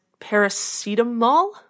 paracetamol